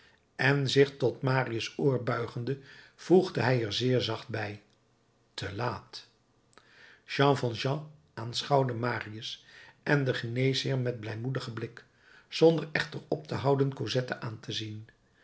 en zich tot marius oor buigende voegde hij er zeer zacht bij te laat jean valjean aanschouwde marius en den geneesheer met blijmoedigen blik zonder echter op te houden cosette aan te zien